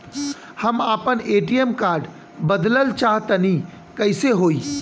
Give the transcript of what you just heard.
हम आपन ATM card बदलल चाह तनि कइसे होई?